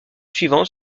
suivantes